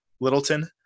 Littleton